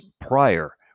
prior